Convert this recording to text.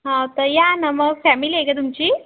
हां तर या न मग फॅमिली आहे का तुमची